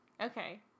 Okay